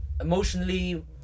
Emotionally